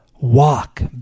Walk